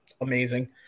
amazing